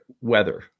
weather